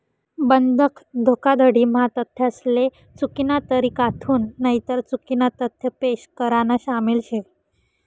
बंधक धोखाधडी म्हा तथ्यासले चुकीना तरीकाथून नईतर चुकीना तथ्य पेश करान शामिल शे